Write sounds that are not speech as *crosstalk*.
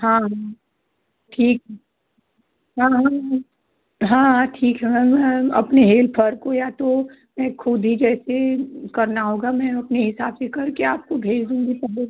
हाँ हाँ ठीक है हाँ हाँ मैम हाँ हाँ ठीक है मैम अपने हेल्पर को या तो मैं खुद ही जैसे करना होगा मैं अपने हिसाब से करके आपको भेज दूँगी *unintelligible*